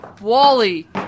Wally